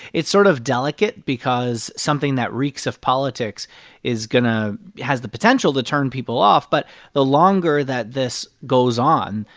it's sort of delicate because something that reeks of politics is going to has the potential to turn people off. but the longer that this goes on,